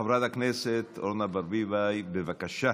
חברת הכנסת אורנה ברביבאי, בבקשה,